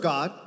God